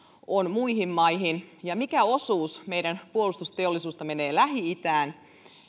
on muihin maihin ja mikä osuus meidän puolustusteollisuudesta menee lähi itään